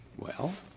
well,